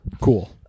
Cool